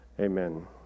Amen